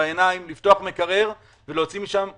לפתוח מקרר ולהוציא ממנו אוכל.